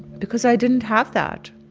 because i didn't have that.